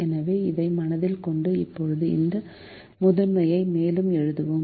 எனவே இதை மனதில் கொண்டு இப்போது இந்த முதன்மையை மேலும் எழுதுவோம்